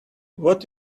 what